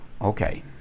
Okay